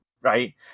right